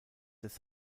des